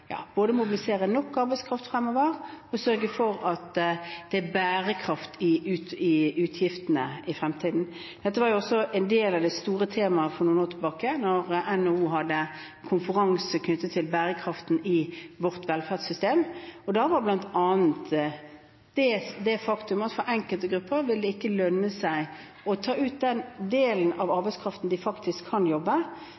at det er bærekraft i utgiftene i fremtiden. Dette var en del av det store temaet for noen år siden, da NHO holdt en konferanse om bærekraften i vårt velferdssystem. Blant annet var det et faktum at for enkelte grupper ville det ikke lønne seg å ta ut den